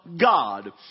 God